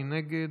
מי נגד?